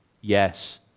Yes